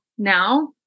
now